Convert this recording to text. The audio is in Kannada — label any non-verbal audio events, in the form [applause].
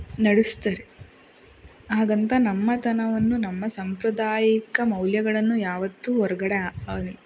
ನಡೆಸ್ತಾರೆ ಹಾಗಂತ ನಮ್ಮತನವನ್ನು ನಮ್ಮ ಸಾಂಪ್ರದಾಯಿಕ ಮೌಲ್ಯಗಳನ್ನು ಯಾವತ್ತೂ ಹೊರಗಡೆ [unintelligible]